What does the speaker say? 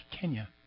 Kenya